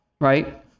right